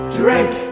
drink